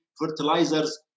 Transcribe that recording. fertilizers